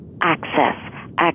Access